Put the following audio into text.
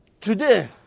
today